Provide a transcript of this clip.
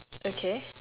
okay